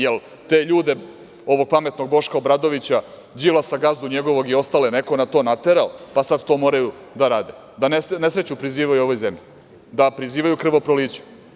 Jel te ljude, ovog pametnog Boška Obradovića, Đilasa, gazdu njegovog i ostale neko na to naterao pa sad to moraju da rade, da nesreću prizivaju u ovoj zemlji, da prizivaju krvoproliće?